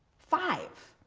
five,